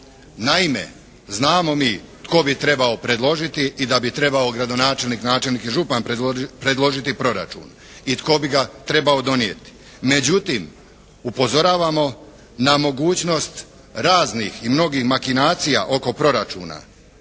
Naime, znamo mi tko bi trebao predložiti i da bi trebao gradonačelnik, načelnik i župan predložiti proračun i tko bi ga trebao donijeti. Međutim, upozoravamo na mogućnost raznih i mnogih makinacija oko proračuna,